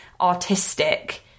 artistic